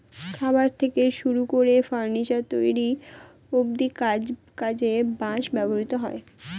খাবার থেকে শুরু করে ফার্নিচার তৈরি অব্ধি কাজে বাঁশ ব্যবহৃত হয়